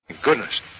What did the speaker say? Goodness